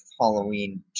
Halloween